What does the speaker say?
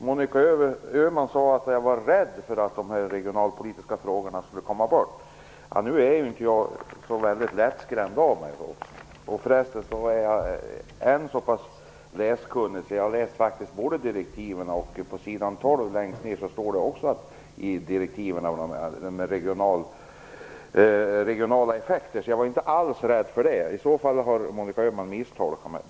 Fru talman! Monica Öhman sade att jag var rädd att de regionalpolitiska frågorna skulle komma bort. Nu är ju inte jag så lättskrämd av mig. Och förresten är jag så pass läskunnig att jag har kunnat ta del av direktiven. På s. 12 står det också om regionala effekter. Så jag är inte alls rädd för att de skall komma bort. I så fall har Monica Öhman misstolkat mig.